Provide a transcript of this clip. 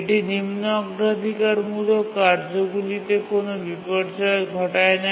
এটি নিম্ন অগ্রাধিকারমূলক কার্যগুলিতে কোনও বিপর্যয় ঘটায় না